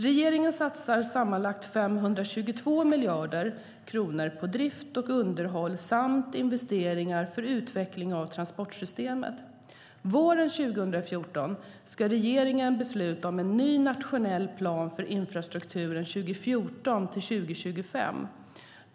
Regeringen satsar sammanlagt 522 miljarder kronor på drift och underhåll samt investeringar för utveckling av transportsystemet. Våren 2014 ska regeringen besluta om en ny nationell plan för infrastrukturen 2014-2025.